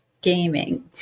gaming